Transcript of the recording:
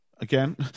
again